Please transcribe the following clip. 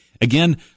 Again